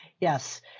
Yes